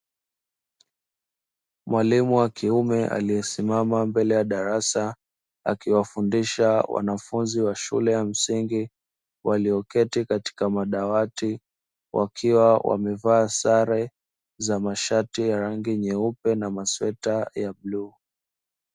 Mwalimu wa kiume aliyesimama mbele ya darasa akiwafundisha wanafunzi wa shule ya msingi walioketi katika madawati, wakiwa wamevaa sare za mashati ya rangi nyeupe na masweta ya bluu.